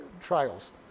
trials